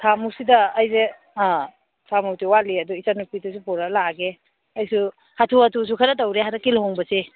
ꯊꯥ ꯃꯨꯛꯁꯤꯗ ꯑꯩꯁꯦ ꯑꯥ ꯊꯥꯃꯨꯛꯇꯤ ꯋꯥꯠꯂꯤ ꯑꯗꯣ ꯏꯆꯟ ꯅꯨꯄꯤꯗꯨꯁꯨ ꯄꯨꯔꯒ ꯂꯥꯛꯑꯒꯦ ꯑꯩꯁꯨ ꯍꯥꯊꯨ ꯍꯥꯊꯨꯁꯨ ꯈꯔ ꯇꯧꯔꯦ ꯍꯟꯗꯛꯀꯤ ꯂꯨꯍꯣꯡꯕꯁꯦ